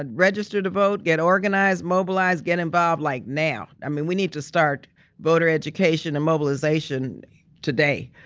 and register to vote, get organized, mobilized, get involved, like now. i mean we need to start voter education and mobilization today.